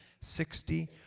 sixty